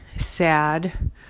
sad